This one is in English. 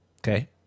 Okay